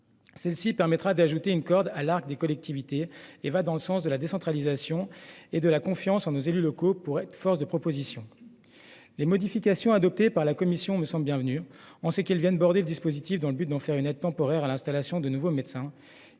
Elle ajoute une corde à l'arc des collectivités, et va dans le sens de la décentralisation et de la confiance en nos élus locaux pour être force de proposition. Les modifications adoptées par la commission me semblent bienvenues, car elles viennent border le dispositif dans le but d'en faire une aide temporaire à l'installation de nouveaux médecins,